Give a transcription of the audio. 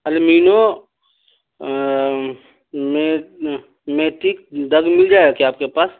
المینو میٹک ڈو مل جائے گا کیا آپ کے پاس